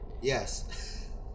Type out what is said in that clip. Yes